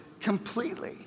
completely